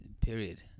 period